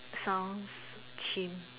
sounds chim